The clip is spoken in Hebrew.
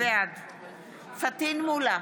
בעד פטין מולא,